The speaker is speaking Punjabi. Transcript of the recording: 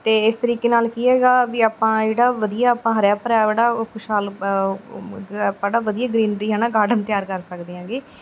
ਅਤੇ ਇਸ ਤਰੀਕੇ ਨਾਲ ਕੀ ਹੈਗਾ ਵੀ ਆਪਾਂ ਜਿਹੜਾ ਵਧੀਆ ਆਪਾਂ ਹਰਿਆ ਭਰਿਆ ਜਿਹੜਾ ਖੁਸ਼ਹਾਲ ਓਹ ਆਪਾਂ ਜਿਹੜਾ ਵਧੀਆ ਗਰੀਨਰੀ ਹੈ ਨਾ ਗਾਰਡਨ ਤਿਆਰ ਕਰ ਸਕਦੇ ਹੈਗੇ